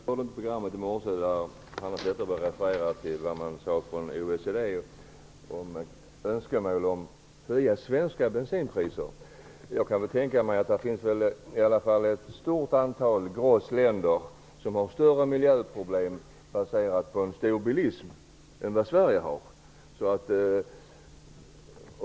Herr talman! Jag hörde inte det program i morse som Hanna Zetterberg refererar till och enligt vilket OECD önskar att de svenska bensinpriserna skall höjas. Jag kan tänka mig att det finns ett stort antal länder som har större miljöproblem baserade på en stor bilism än vad Sverige har.